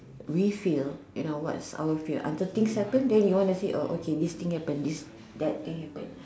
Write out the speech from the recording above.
we feel you know what's our fear until things happen then you want to say oh okay this thing happen this that thing happen